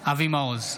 אבי מעוז,